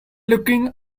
looking